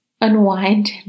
unwind